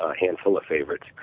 ah handful of favorites.